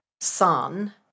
son